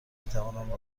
میتوانم